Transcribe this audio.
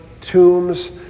tombs